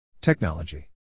Technology